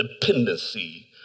dependency